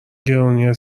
گرونی